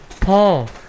Paul